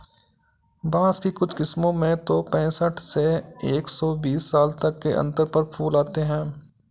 बाँस की कुछ किस्मों में तो पैंसठ से एक सौ बीस साल तक के अंतर पर फूल आते हैं